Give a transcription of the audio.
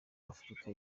afurika